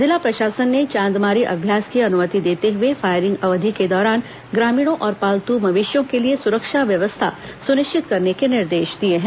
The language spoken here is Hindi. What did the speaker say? जिला प्रशासन ने चांदमारी अभ्यास की अनुमति देते हुए फायरिंग अवधि के दौरान ग्रामीणों और पालतू मवेशियों के लिए सुरक्षा व्यवस्था सुनिश्चित करने का निर्देश दिया है